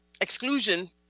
exclusion